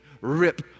rip